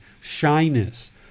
shyness